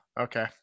Okay